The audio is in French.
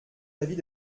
l’avis